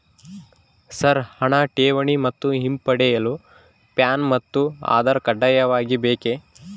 Sir ಹಣ ಠೇವಣಿ ಮತ್ತು ಹಿಂಪಡೆಯಲು ಪ್ಯಾನ್ ಮತ್ತು ಆಧಾರ್ ಕಡ್ಡಾಯವಾಗಿ ಬೇಕೆ?